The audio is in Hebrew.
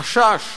החשש,